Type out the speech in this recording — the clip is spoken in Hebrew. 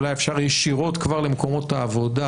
אולי אפשר ישירות כבר למקומות העבודה,